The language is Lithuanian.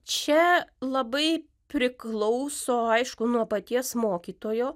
čia labai priklauso aišku nuo paties mokytojo